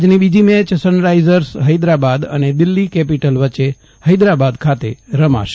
આજની બીજી match Sunrisers Hyderabad અને દિલ્ફી કેપિટલ વચ્ચે હૈદરાબાદ ખાતે રમાશે